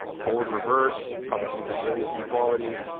forward reverse, probably anti-aliasing quality.